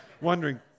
wondering